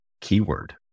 keyword